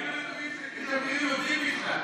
היינו בטוחים שתגיד שהמחירים יורדים בכלל.